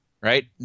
Right